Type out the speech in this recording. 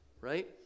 Right